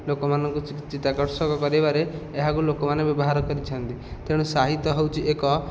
ଲୋକମାନଙ୍କୁ ଚିତାକର୍ଷକ କରିବାରେ ଏହାକୁ ଲୋକମାନେ ବ୍ୟବହାର କରିଛନ୍ତି ତେଣୁ ସାହିତ୍ୟ ହେଉଛି ଏକ